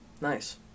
Nice